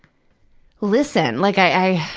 listened. like i,